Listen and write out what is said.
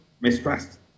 mistrust